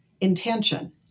intention